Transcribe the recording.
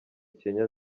kenya